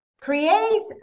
create